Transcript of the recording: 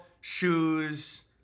shoes